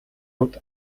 хувьд